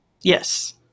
Yes